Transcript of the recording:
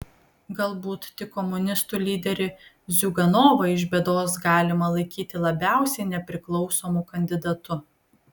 galbūt tik komunistų lyderį ziuganovą iš bėdos galima laikyti labiausiai nepriklausomu kandidatu